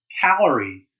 calorie